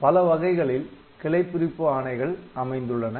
பலவகைகளில் கிளை பிரிப்பு ஆணைகள் அமைந்துள்ளன